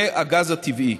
והגז טבעי.